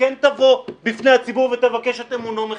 היא כן תבוא בפני הציבור ותבקש את אמונו מחדש.